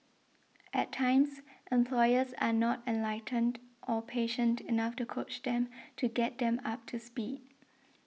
at times employers are not enlightened or patient enough to coach them to get them up to speed